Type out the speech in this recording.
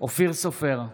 אופיר סופר,